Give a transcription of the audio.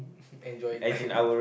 enjoying life